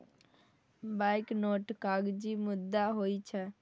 banknote कागजी मुद्रा होइ छै